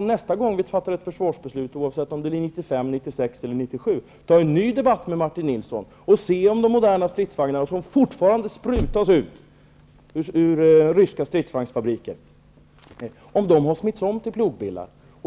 Nästa gång vi fattar ett försvarsbeslut, oavsett om det blir 1995, 1996, eller 1997, skall jag vara den förste att ta en ny debatt med Martin Nilsson och se om de moderna stridsvagnar som fortfarande sprutas ut ur ryska stridsvagnsfabriker har smitts om till plogbillar.